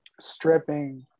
stripping